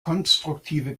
konstruktive